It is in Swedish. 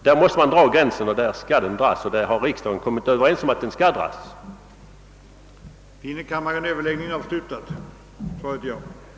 Där skall gränsen dras och vi har i riksdagen kommit överens om att den skall dras på detta sätt.